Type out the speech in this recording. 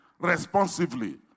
responsively